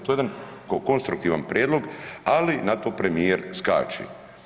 To je jedan konstruktivan prijedlog, ali na to premijer skače.